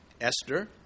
Esther